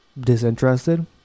disinterested